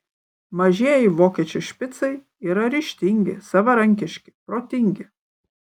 mažieji vokiečių špicai yra ryžtingi savarankiški protingi